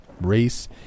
Race